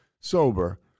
sober